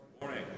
morning